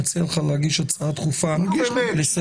אני מציע לך להגיש הצעה דחופה לסדר.